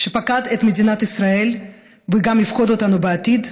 שפקד את מדינת ישראל וגם יפקוד אותנו בעתיד.